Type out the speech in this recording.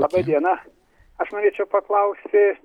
labą dieną aš norėčiau paklausti